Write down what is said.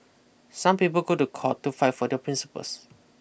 some people go to court to fight for their principles